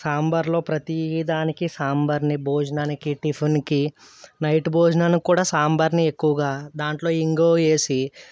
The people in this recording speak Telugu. సాంబార్లో ప్రతీ దానికి సాంబార్ని భోజనానికి టిఫిన్కి నైట్ భోజనానికి కూడా సాంబార్ని ఎక్కువగా దాంట్లో ఇంగువ వేసి